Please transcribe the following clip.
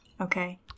Okay